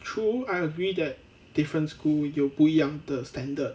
true I agree that different school 有不一样的 standard